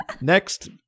next